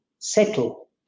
Settle